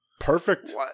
perfect